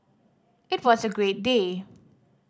it was a great day